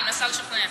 אני מנסה לשכנע.